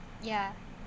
ya